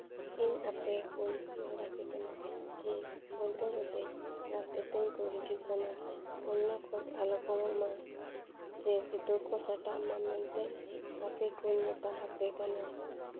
ᱤᱧ ᱟᱯᱮ ᱠᱚᱧ ᱱᱮᱦᱚᱨ ᱟᱯᱮ ᱠᱟᱱᱟ ᱠᱤ ᱯᱚᱱᱨᱚ ᱜᱚᱴᱮᱡ ᱜᱟᱛᱮ ᱛᱤᱧ ᱠᱚ ᱦᱤᱡᱩᱜ ᱠᱟᱱᱟ ᱚᱱᱟ ᱠᱷᱚᱡ ᱟᱞᱚ ᱠᱚᱢᱚᱜ ᱢᱟ ᱡᱮ ᱡᱚᱛᱚ ᱠᱚ ᱥᱟᱴᱟᱜ ᱢᱟ ᱢᱮᱱᱛᱮ ᱟᱯᱮ ᱠᱚᱧ ᱢᱮᱛᱟ ᱟᱯᱮ ᱠᱟᱱᱟ